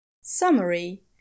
Summary